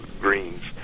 greens